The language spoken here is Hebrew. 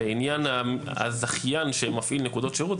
לעניין הזכיין שמפעיל נקודות שירות,